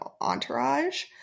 Entourage